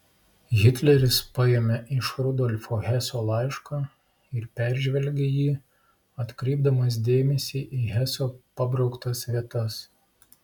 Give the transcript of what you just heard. hitleris paėmė iš rudolfo heso laišką ir peržvelgė jį atkreipdamas dėmesį į heso pabrauktas vietas